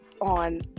on